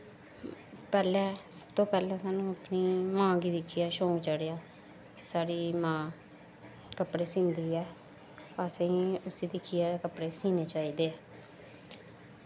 पैह्लैं सब तो पैह्लैं सानूं अपनी मां गी दिक्खियै शौंक चढ़ेआ साढ़ी मां कपड़े सींदी ऐ सानूं असेंगी उस्सी दिक्खियै कपड़े सीनें चाहिदे